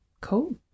cool